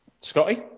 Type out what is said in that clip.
Scotty